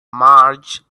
marge